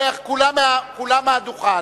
כולם מהדוכן.